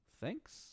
Thanks